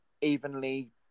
evenly